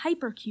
hypercube